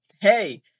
hey